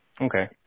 Okay